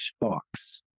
box